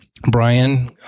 Brian